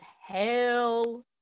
hell